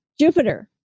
Jupiter